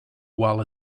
while